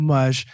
Mas